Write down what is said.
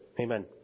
Amen